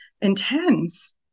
intense